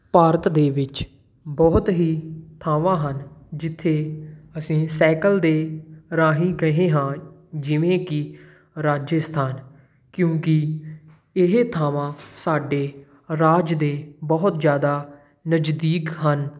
ਭਾਰਤ ਦੇ ਵਿੱਚ ਬਹੁਤ ਹੀ ਥਾਵਾਂ ਹਨ ਜਿੱਥੇ ਅਸੀਂ ਸੈਕਲ ਦੇ ਰਾਹੀ ਗਏ ਹਾਂ ਜਿਵੇਂ ਕਿ ਰਾਜਸਥਾਨ ਕਿਉਂਕਿ ਇਹ ਥਾਵਾਂ ਸਾਡੇ ਰਾਜ ਦੇ ਬਹੁਤ ਜ਼ਿਆਦਾ ਨਜ਼ਦੀਕ ਹਨ